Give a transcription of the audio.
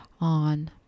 on